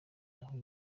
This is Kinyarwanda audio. naho